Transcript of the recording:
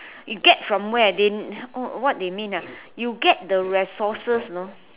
you get from where they what they mean ah you get the resources you know